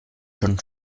schon